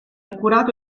accurato